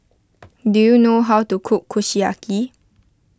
do you know how to cook Kushiyaki